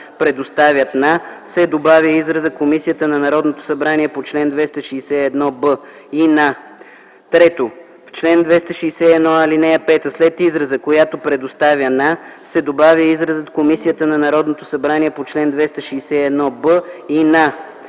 предоставят на” се добавя изразът “Комисията на Народното събрание по чл.261б и на”. 3. В чл.261а, ал.5 след израза “която предоставя на” се добавя изразът “Комисията на Народното събрание по чл.261б и на”.